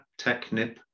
Technip